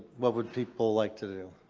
what would people like to do?